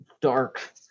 dark